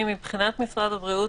מבחינת משרד הבריאות,